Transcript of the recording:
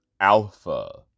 Alpha